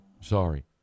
Sorry